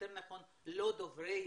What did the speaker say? יותר נכון לא דוברי עברית,